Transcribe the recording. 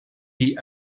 die